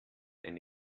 eine